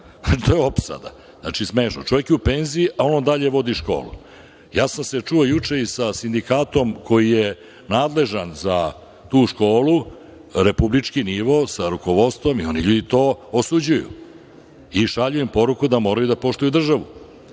to je opsada. Znači, smešno. Čovek je u penziji, a on dalje vodi školu. Ja sam se čuo juče i sa sindikatom koji je nadležan za tu školu, republički nivo, sa rukovodstvom i oni to osuđuju i šalju im poruku da moraju da poštuju državu.